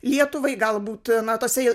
lietuvai galbūt na tose